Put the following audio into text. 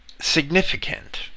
significant